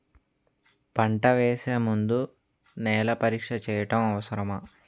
పంట వేసే ముందు నేల పరీక్ష చేయటం అవసరమా?